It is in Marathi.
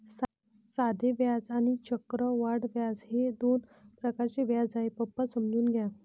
साधे व्याज आणि चक्रवाढ व्याज हे दोन प्रकारचे व्याज आहे, पप्पा समजून घ्या